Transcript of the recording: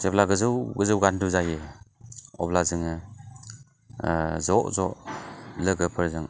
जेब्ला गोजौ गोजौ दोहौ जायो अब्ला जों ज' ज' लोगोफोरजों